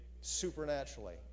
supernaturally